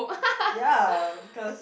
ya because